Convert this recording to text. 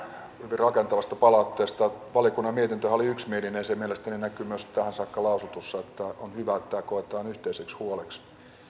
rakentavasta palautteesta valiokunnan mietintöhän oli yksimielinen ja se mielestäni näkyy myös tähän saakka lausutussa on hyvä että tämä koetaan yhteiseksi huoleksi